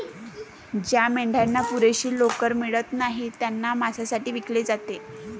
ज्या मेंढ्यांना पुरेशी लोकर मिळत नाही त्यांना मांसासाठी विकले जाते